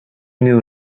knew